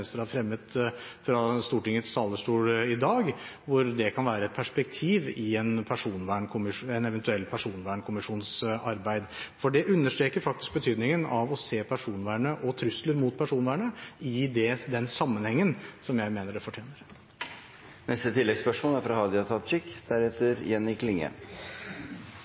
har fremmet fra Stortingets talerstol i dag, hvor det kan være et perspektiv i en eventuell personvernkommisjons arbeid, for det understreker faktisk betydningen av å se personvernet og trusselen mot personvernet i den sammenhengen som jeg mener det